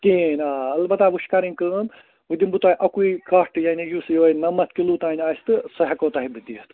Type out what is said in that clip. کِہیٖنۍ آ البتہ وۄنۍ چھِ کَرٕنۍ کٲم وۄنۍ دِمہٕ بہٕ توہہِ اَکُے کَٹھ یعنی یُس یِہوے نَمَتھ کِلوٗ تانۍ آسہِ تہٕ سُہ ہیٚکو تۄہہِ بہٕ دِتھ